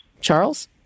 Charles